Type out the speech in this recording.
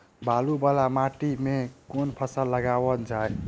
बालू वला माटि मे केँ फसल लगाएल जाए?